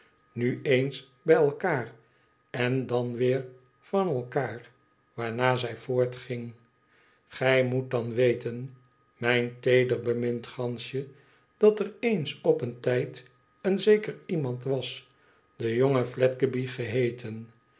nu eens bij elkaar en dan weer van elkaar waarna zij voortging gij moet dan weten mijn teeder bemind gansje dat er eens op een tijd een zeker iemand was de jonge fledgeby geheeten